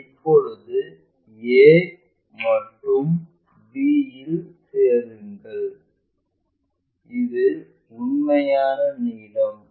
இப்போது a மற்றும் b இல் சேருங்கள் இது உண்மையான நீளம்